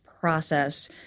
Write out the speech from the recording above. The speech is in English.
process